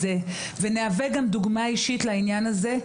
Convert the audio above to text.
ונהווה דוגמה אישית לעניין הזה,